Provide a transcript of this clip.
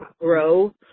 grow